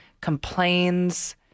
complains